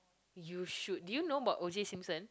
you should do you know what OJ-Simpson